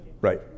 Right